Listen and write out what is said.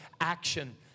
action